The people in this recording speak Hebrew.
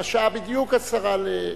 השעה בדיוק עשרה ל-,